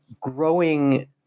growing